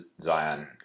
Zion